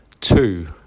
Two